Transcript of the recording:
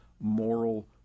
moral